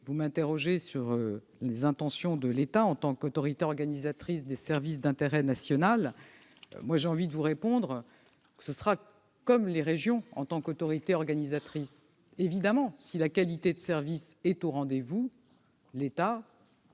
Vous m'interrogez sur les intentions de l'État en tant qu'autorité organisatrice des services d'intérêt national. Celui-ci fera comme les régions, en tant qu'autorité organisatrice : si la qualité de service est au rendez-vous, l'État